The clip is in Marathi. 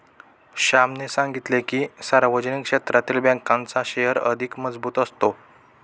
श्यामने सांगितले की, सार्वजनिक क्षेत्रातील बँकांचा शेअर अधिक मजबूत असतो